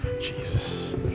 Jesus